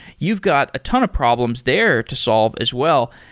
you've got a ton of problems there to solve as well.